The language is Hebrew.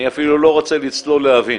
אני אפילו לא רוצה לצלול להבין.